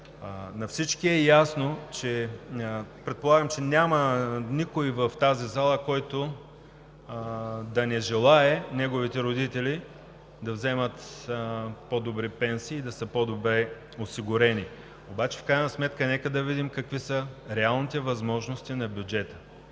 На всички е ясно и предполагам, че в тази зала няма никой, който да не желае неговите родители да вземат по-добри пенсии и да са по-добре осигурени. Обаче в крайна сметка нека да видим какви са реалните възможности на бюджета,